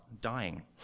dying